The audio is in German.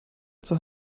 zur